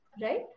Right